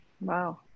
Wow